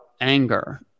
anger